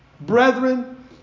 brethren